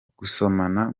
gusomana